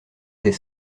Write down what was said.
des